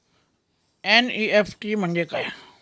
NEFT म्हणजे काय?